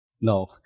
no